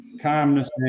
calmness